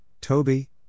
Toby